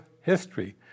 history